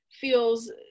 feels